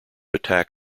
attack